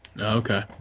Okay